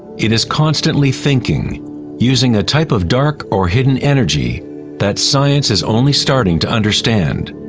it is constantly thinking using a type of dark or hidden energy that science is only starting to understand.